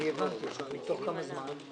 הבנתי אבל תוך כמה זמן?